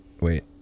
wait